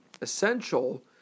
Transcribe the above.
essential